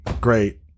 great